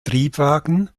triebwagen